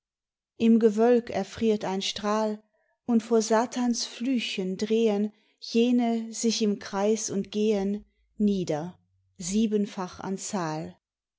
im gewölk erfriert ein strahl und vor satans flüchen drehen jene sich im kreis und gehen nieder siebenfach an zahl